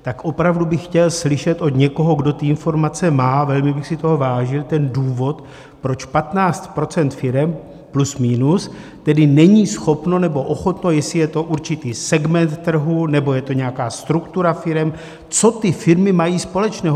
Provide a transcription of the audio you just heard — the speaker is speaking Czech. Tak opravdu bych chtěl slyšet od někoho, kdo ty informace má, velmi bych si toho vážil, ten důvod, proč 15 % firem plus minus tedy není schopno nebo ochotno, jestli je to určitý segment trhu, nebo je to nějaká struktura firem, co ty firmy mají společného.